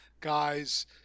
guys